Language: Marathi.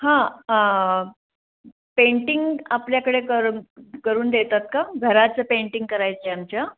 हां पेंटिंग आपल्याकडे कर करून देतात का घराचं पेंटिंग करायचं आहे आमच्या